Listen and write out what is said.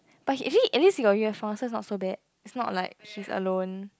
it is your uniform so it's not so bad at it's not like